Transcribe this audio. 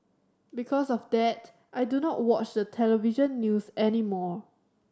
because of that I do not watch the television news any more